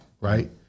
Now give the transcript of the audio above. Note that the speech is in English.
right